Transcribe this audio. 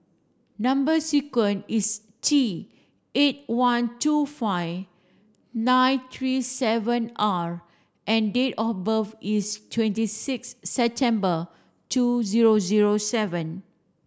number sequence is T eight one two five nine three seven R and date of birth is twenty six September two zero zero seven